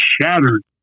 shattered